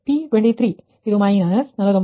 P23 ಇದು minus 49